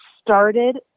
started